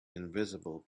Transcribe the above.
invisible